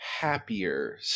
happier